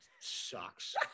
sucks